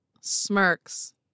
smirks